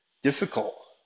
Difficult